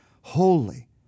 Holy